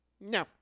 no